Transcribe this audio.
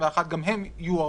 גם הם יוארכו.